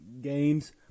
games